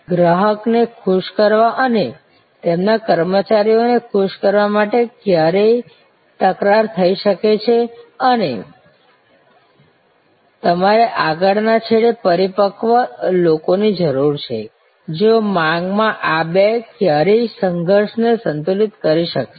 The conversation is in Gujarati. તેથી ગ્રાહકને ખુશ કરવા અને તેમના કર્મચારી ને ખુશ કરવા માટે ક્યારેક તકરાર થઈ શકે છે અને તમારે આગળના છેડે પરિપક્વ લોકોની જરૂર છે જેઓ માંગમાં આ બે ક્યારેક સંઘર્ષને સંતુલિત કરી શકશે